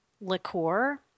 liqueur